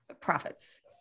profits